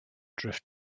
drift